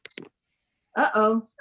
uh-oh